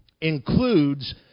includes